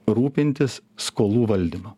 rūpintis skolų valdymu